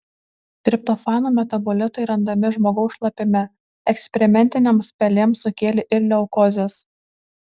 triptofano metabolitai randami žmogaus šlapime eksperimentinėms pelėms sukėlė ir leukozes